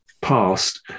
past